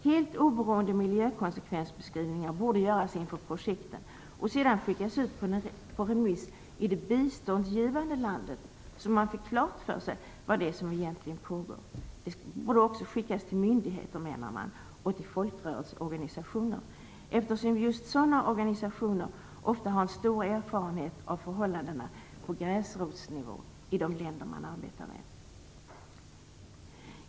Helt oberoende miljökonsekvensbeskrivningar borde göras inför projekten och sedan skickas ut på remiss i det biståndsgivande landet så att man fick klart för sig vad som egentligen pågår. De borde också skickas till myndigheter, menar man, och till folkrörelseorganisationer. Det är just sådana organisationer som har stor erfarenhet av förhållandena på gräsrotsnivå i de länder som man arbetar med.